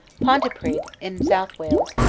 pontypridd, in south wales,